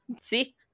See